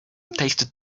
tasted